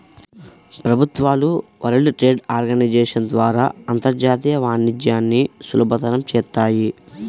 ప్రభుత్వాలు world trade organisation ద్వారా అంతర్జాతీయ వాణిజ్యాన్ని సులభతరం చేత్తాయి